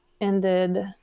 ended